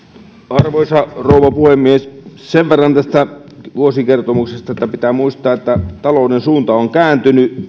arvoisa rouva puhemies sen verran tästä vuosikertomuksesta että pitää muistaa että talouden suunta on kääntynyt